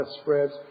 spreads